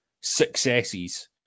successes